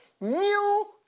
new